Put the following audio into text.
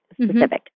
specific